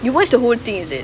you watch the whole thing is it